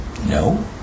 No